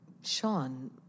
Sean